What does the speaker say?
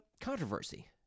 controversy